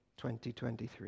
2023